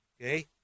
okay